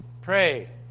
pray